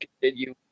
continue